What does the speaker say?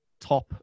top